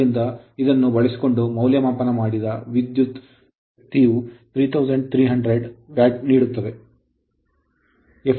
ಆದ್ದರಿಂದ ಇದನ್ನು ಬಳಸಿಕೊಂಡು ಮೌಲ್ಯಮಾಪನ ಮಾಡಿದ ವಿದ್ಯುತ್ 3300 ವ್ಯಾಟ್ ನೀಡುತ್ತದೆ